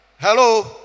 Hello